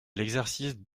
l’exercice